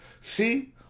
see